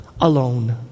alone